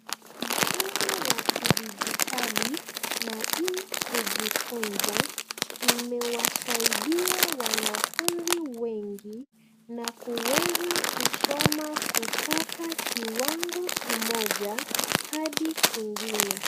Mfumo wa kidijitali na e-kujifunza imewasaidia wanafunzi wengi na kuweza kusoma kutoka kiwango kimoja hadi kingine.